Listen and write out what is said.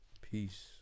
Peace